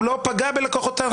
הוא לא פגע בלקוחותיו.